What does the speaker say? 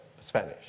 Spanish